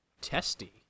Testy